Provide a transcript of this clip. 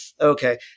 okay